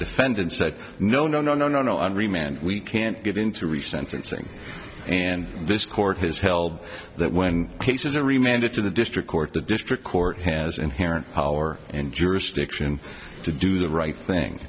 defendant said no no no no no no we can't get in to reach sentencing and this court has held that when he says the remainder to the district court the district court has inherent power and jurisdiction to do the right